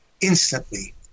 instantly